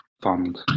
fund